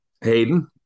Hayden